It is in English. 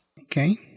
Okay